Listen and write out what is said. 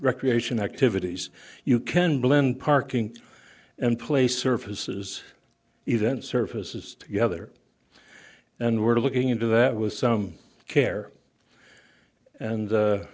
recreation activities you can blend parking and play surfaces event services together and we're looking into that was some care and